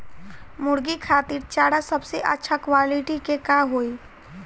मुर्गी खातिर चारा सबसे अच्छा क्वालिटी के का होई?